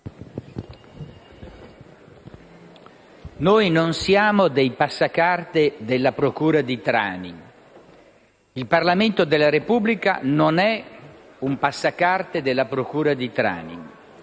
«Noi non siamo dei passacarte della procura di Trani. Il Parlamento della Repubblica non è un passacarte della procura di Trani.